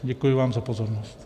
Děkuji vám za pozornost.